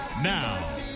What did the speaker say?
Now